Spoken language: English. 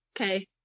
Okay